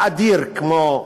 כוח אדיר כמו ישראל,